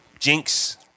Jinx